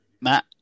Matt